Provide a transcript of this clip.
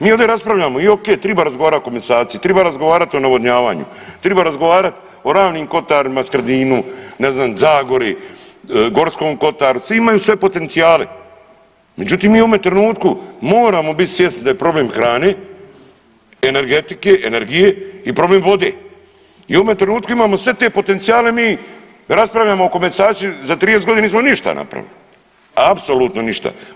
Mi ovdje raspravljamo i okej triba razgovarat o komesaciji, triba razgovarat o navodnjavanju, triba razgovarat o Ravnim kotarima, Skradinu, ne znam, zagori, Gorskom kotaru, svi imaju sve potencijale, međutim mi u ovome trenutku moramo bit svjesni da je problem hrane, energetike, energije i problem vode i u ovome trenutku imamo sve te potencijale, a mi raspravljamo o komasaciji, za 30.g. nismo ništa napravili, apsolutno ništa.